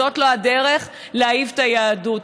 זאת לא הדרך להאהיב את היהדות.